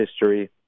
history